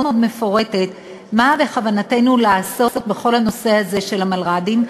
מפורטת מה בכוונתנו לעשות בכל הנושא הזה של המלר"דים.